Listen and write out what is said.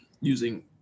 using